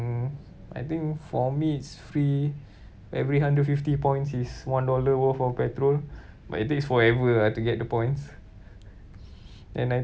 mm I think for me it's free every hundred fifty points is one dollar worth of petrol but it takes forever lah to get the points and I